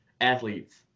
athletes